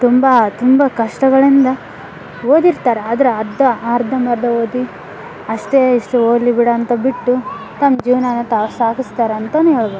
ತುಂಬ ತುಂಬ ಕಷ್ಟಗಳಿಂದ ಓದಿರ್ತಾರೆ ಆದ್ರೆ ಅರ್ಧ ಅರ್ಧಂಬರ್ದ ಓದಿ ಅಷ್ಟೇ ಇಷ್ಟು ಓದಲಿ ಬಿಡು ಅಂತ ಬಿಟ್ಟು ತಮ್ಮ ಜೀವನಾನ ತಾವು ಸಾಗಿಸ್ತಾರ್ ಅಂತಲೇ ಹೇಳ್ಬೋದು